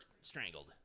strangled